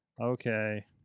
okay